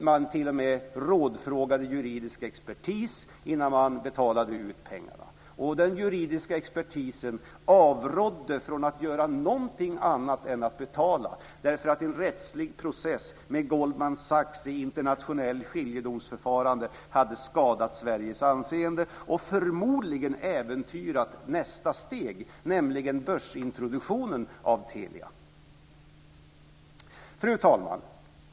Man t.o.m. rådfrågade juridisk expertis innan man betalade ut pengarna, och den juridiska expertisen avrådde från att göra någonting annat än att betala, därför att en rättslig process med Goldman Sachs i internationellt skiljedomsförfarande hade skadat Sveriges anseende och förmodligen äventyrat nästa steg, nämligen börsintroduktionen av Telia. Fru talman!